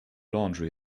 laundry